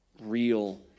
real